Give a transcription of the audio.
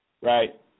Right